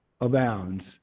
abounds